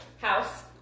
House